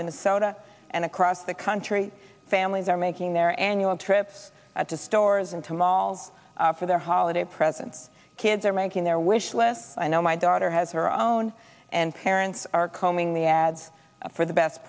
minnesota and across the country families are making their annual trips to stores into malls for their holiday presents kids are making their wish list i know my daughter has her own and parents are combing the ads for the best